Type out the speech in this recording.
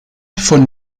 von